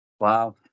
Wow